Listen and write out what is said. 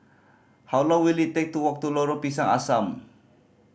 how long will it take to walk to Lorong Pisang Asam